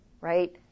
right